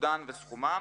ייעודן וסכומן.